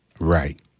Right